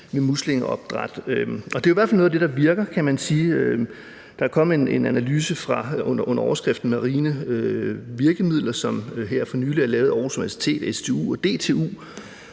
ved muslingeopdræt, og det er jo i hvert fald noget af det, der virker, kan man sige. Der er kommet en analyse under overskriften »Marine Virkemidler«, som her for nylig er lavet af Aarhus Universitet, SDU og DTU,